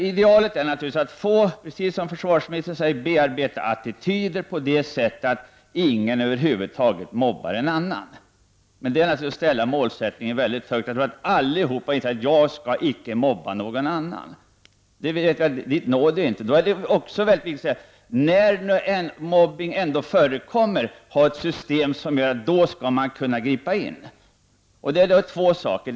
Idealet är naturligtvis att, som försvarsministern säger, kunna bearbeta attityder på så sätt att ingen över huvud taget mobbar någon annan. Men det är naturligtvis att sätta målsättningen mycket högt. Man når inte fram till att alla säger att de inte skall mobba någon annan. Då är det viktigt att det när mobbning ändå förekommer finns ett system som gör att det går att gripa in. Det behövs då två inslag.